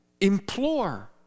implore